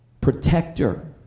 protector